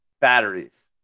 batteries